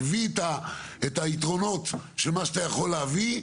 מביא את היתרונות של מה שאתה יכול להביא,